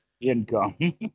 income